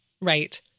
right